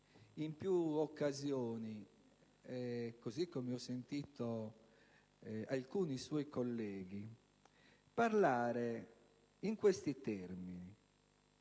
in più occasioni, così come alcuni suoi colleghi, parlare in questi termini: